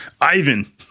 Ivan